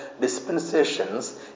dispensations